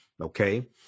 okay